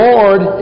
Lord